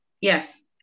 Yes